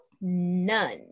None